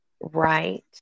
Right